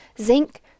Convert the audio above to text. zinc